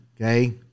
Okay